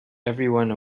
everyone